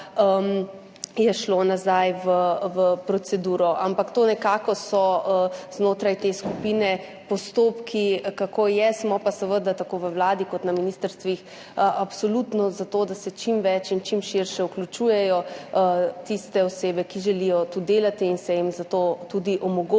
je šlo nazaj v proceduro. Ampak to nekako so znotraj te skupine postopki, kako je. Smo pa seveda tako v Vladi kot na ministrstvih absolutno za to, da se čim več in čim širše vključujejo tiste osebe, ki želijo to delati, in se jim zato tudi omogoči